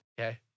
Okay